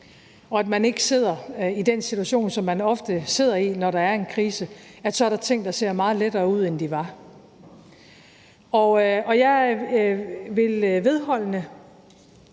og man ikke sidder i den situation, som man ofte sidder i, når der er en krise, så er der ting, der ser meget lettere ud, end de var. Jeg vil vedholdende